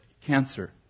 cancer